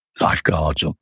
lifeguards